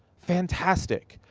fantastic.